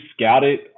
scouted